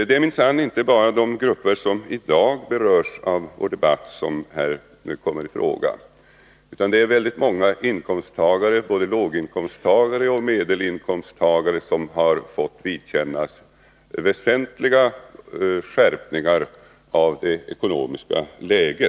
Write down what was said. Det är minsann inte bara de grupper som i dag berörs av vår debatt som här kommer i fråga, utan många inkomsttagare, både låginkomsttagare och medelinkomsttagare, har fått vidkännas väsentliga skärpningar av det ekonomiska läget.